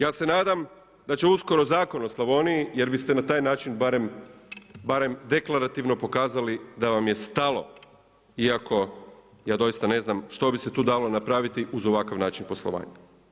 Ja se nadam da će uskoro zakon o Slavoniji jer biste na taj način barem deklarativno pokazali da vam je stalo iako ja doista ne znam što bi se tu dalo napraviti uz ovakav način poslovanja.